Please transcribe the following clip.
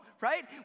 right